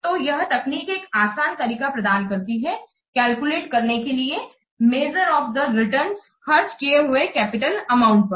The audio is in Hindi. तू यह तकनीक एक आसान तरीका प्रदान करती है कैलकुलेट करने के लिए मेजर ऑफ द रिटर्न खर्च किए हुए कैपिटल अमाउंट पर